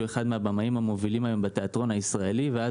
שהוא אחד מהבמאים המובילים בתיאטרון הישראלי היום.